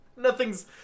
Nothing's